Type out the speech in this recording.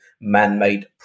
man-made